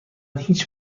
هیچ